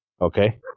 Okay